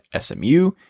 SMU